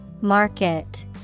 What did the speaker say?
Market